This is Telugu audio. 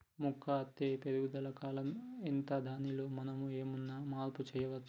మొక్క అత్తే పెరుగుదల కాలం ఎంత దానిలో మనం ఏమన్నా మార్పు చేయచ్చా?